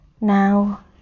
now